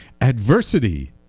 Adversity